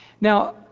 Now